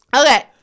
Okay